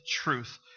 truth